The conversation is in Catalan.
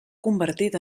convertit